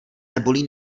nebolí